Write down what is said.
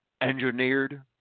engineered